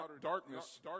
darkness